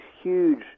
huge